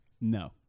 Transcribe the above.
No